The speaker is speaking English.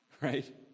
Right